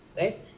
right